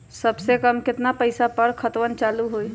सबसे कम केतना पईसा पर खतवन चालु होई?